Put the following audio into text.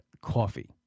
Coffee